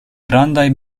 grandaj